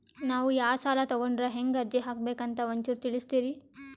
ನಾವು ಯಾ ಸಾಲ ತೊಗೊಂಡ್ರ ಹೆಂಗ ಅರ್ಜಿ ಹಾಕಬೇಕು ಅಂತ ಒಂಚೂರು ತಿಳಿಸ್ತೀರಿ?